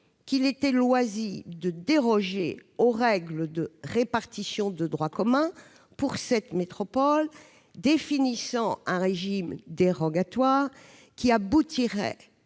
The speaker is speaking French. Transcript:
qu'il était loisible de déroger aux règles de répartition de droit commun pour cette métropole, définissant un régime dérogatoire qui aboutirait